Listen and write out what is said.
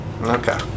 Okay